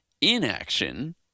inaction